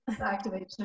activation